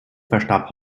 verstarb